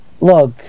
look